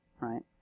right